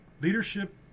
Leadership